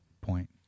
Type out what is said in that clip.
point